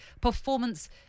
performance